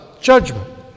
judgment